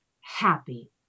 happy